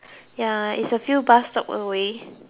ya is a few bus stops away